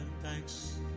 thanks